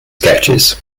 sketches